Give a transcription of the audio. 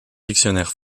dictionnaires